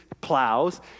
plows